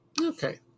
Okay